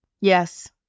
Yes